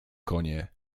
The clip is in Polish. konie